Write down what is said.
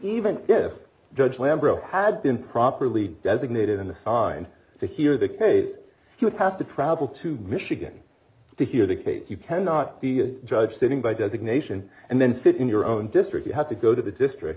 even this judge lambro had been properly designated an assigned to hear the case you would have to travel to michigan to hear the case you cannot be a judge sitting by designation and then sit in your own district you have to go d to the district